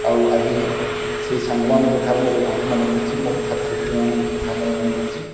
ଆଉ ଆଜି ସେଇ ସାଙ୍ଗମାନଙ୍କ କଥା ମୋର ବହୁତ ମନେ ପଡ଼ୁଛି ମୋର ଛାତ୍ରଛାତ୍ରୀ ମାନଙ୍କ କଥା ମନେ ପଡ଼ୁଛି